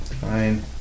fine